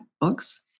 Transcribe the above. books